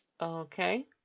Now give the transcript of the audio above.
Okay